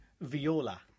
viola